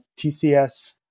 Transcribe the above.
TCS